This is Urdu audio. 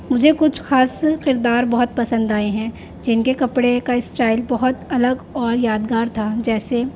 مجھے کچھ خاص کردار بہت پسند آئے ہیں جن کے کپڑے کا اسٹائل بہت الگ اور یادگار تھا جیسے